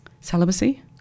celibacy